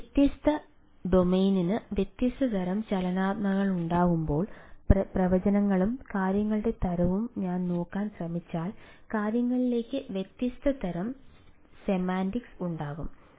ഒരു വ്യത്യസ്ത ഡൊമെയ്നിന് വ്യത്യസ്ത തരം ചലനാത്മകതകളുണ്ടാകുമ്പോൾ പ്രവചനങ്ങളും കാര്യങ്ങളുടെ തരവും ഞാൻ നോക്കാൻ ശ്രമിച്ചാൽ കാര്യങ്ങളിലേക്ക് വ്യത്യസ്ത തരം സെമാന്റിക്സ് ഉണ്ടാകും